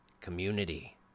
Community